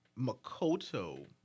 Makoto